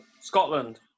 Scotland